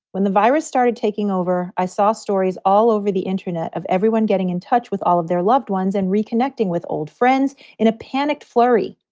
when the virus started taking over, i saw stories all over the internet of everyone getting in touch with all of their loved ones and reconnecting with old friends in a panicked flurry.